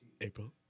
April